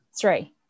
Three